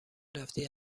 رفتی